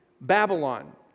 Babylon